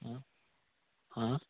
आं आं